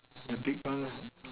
the big bun